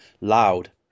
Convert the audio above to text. Loud